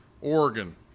Oregon